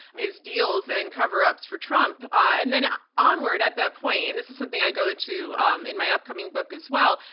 his deals and cover ups for trump. and then onward at that point, and this is something i go into um in my upcoming book as well,